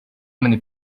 many